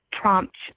prompt